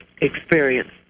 experience